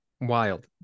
Wild